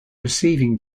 receiving